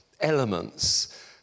elements